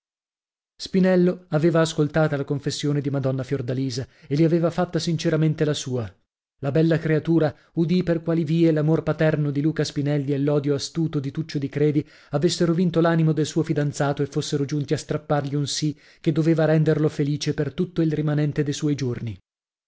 spinello aveva ascoltata la confessione di madonna fiordalisa e le aveva fatta sinceramente la sua la bella creatura udì per quali vie l'amor paterno di luca spinelli e l'odio astuto di tuccio di credi avessero vinto l'animo del suo fidanzato e fossero giunti a strappargli un sì che doveva renderlo felice per tutto il rimanente de suoi giorni